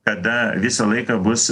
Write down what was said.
kada visą laiką bus